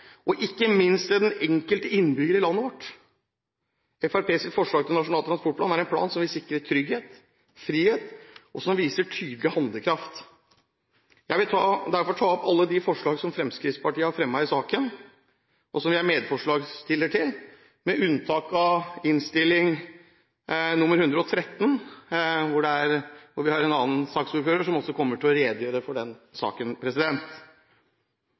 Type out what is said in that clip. og ikke minst til den enkelte innbygger i landet vårt. Fremskrittspartiets forslag til Nasjonal transportplan er en plan som vil sikre trygghet og frihet, og som viser tydelig handlekraft. Jeg vil derfor ta opp alle de forslag som Fremskrittspartiet har fremmet i saken og de som vi er medforslagsstiller til, med unntak av vårt forslag i innstillingen til Dokument 8:113 S, hvor vi har en annen saksordfører som kommer til å redegjøre for den saken.